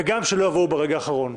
וגם שלא יבואו ברגע האחרון.